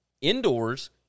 indoors